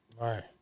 Right